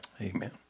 Amen